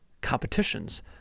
competitions